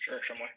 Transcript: Sure